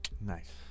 nice